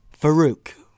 Farouk